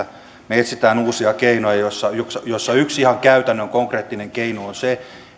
etsimme uusia keinoja joista yksi ihan käytännön konkreettinen keino on se